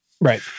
Right